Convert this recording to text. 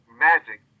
Magic